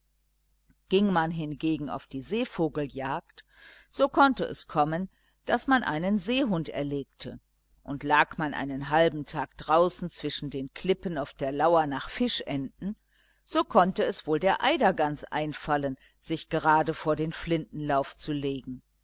ging man hingegen auf die seevogeljagd so konnte es kommen daß man einen seehund erlegte und lag man einen halben tag draußen zwischen den klippen auf der lauer nach fischenten so konnte es wohl der eidergans einfallen sich gerade vor den flintenlauf zu legen